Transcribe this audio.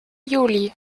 juli